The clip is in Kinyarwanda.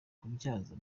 kubyaza